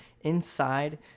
inside